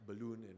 Balloon